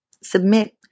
submit